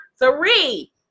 three